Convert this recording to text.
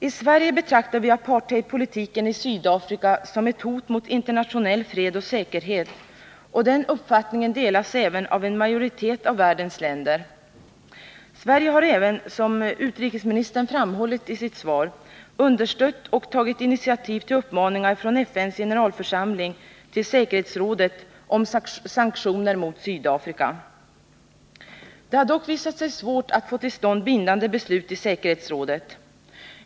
I Sverige betraktar vi apartheidpolitiken i Sydafrika som ett hot mot internationell fred och säkerhet, och den uppfattningen delas också av en majoritet av världens länder. Sverige har även, som utrikesministern framhållit i sitt svar, understött och tagit initiativ till uppmaningar från FN:s generalförsamling till säkerhetsrådet om sanktioner mot Sydafrika. Det har visat sig svårt att få till stånd bindande beslut i säkerhetsrådet.